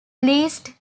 least